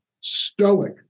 Stoic